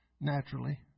Naturally